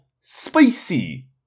spicy